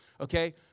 okay